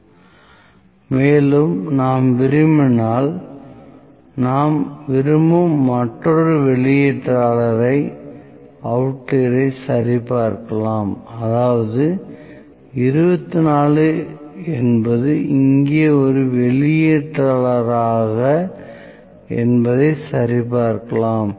05 xi is an outlier மேலும் நாம் விரும்பினால் நாம் விரும்பும் மற்றொரு வெளியீட்டாளரை சரிபார்க்கலாம் அதாவது 24 என்பது இங்கே ஒரு வெளியீட்டாளரா என்பதை சரிபார்க்கலாம்